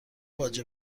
باجه